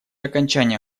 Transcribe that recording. окончания